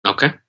Okay